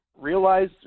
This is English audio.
realize